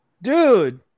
Dude